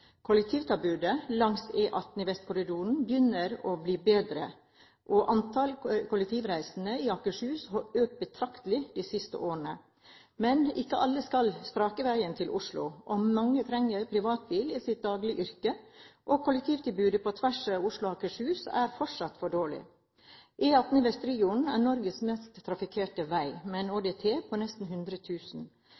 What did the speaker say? Kollektivtilbudet langs E18 i Vestkorridoren begynner å bli bedre, og antall kollektivreisende i Akershus har økt betraktelig de siste årene. Men ikke alle skal strake veien til Oslo, mange trenger privatbil i sitt daglige yrke, og kollektivtilbudet på tvers av Oslo og Akershus er fortsatt for dårlig. E18 i Vestregionen er Norges mest trafikkerte vei, med en